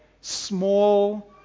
small